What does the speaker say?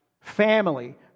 family